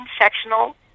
sectional